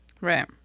Right